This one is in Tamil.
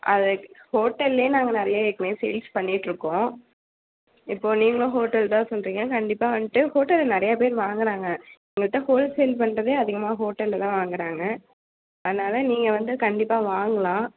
அதை ஹோட்டல்லேயே நாங்கள் நிறையா ஏற்கனவே சேல்ஸ் பண்ணிகிட்ருக்கோம் இப்போது நீங்களும் ஹோட்டல் தான் சொல்கிறிங்க கண்டிப்பாக வந்துட்டு ஹோட்டலில் நிறையா பேர் வாங்கினாங்க நம்மக்கிட்ட ஹோல்சேல் பண்ணுறதே அதிகமாக ஹோட்டலில் தான் வாங்குறாங்க அதனால நீங்கள் வந்து கண்டிப்பாக வாங்கலாம்